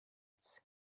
its